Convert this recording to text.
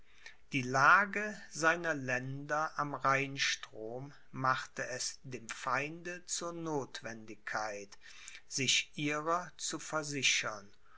die lage seiner länder am rheinstrom machte es dem feinde zur notwendigkeit sich ihrer zu versichern